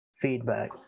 feedback